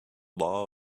law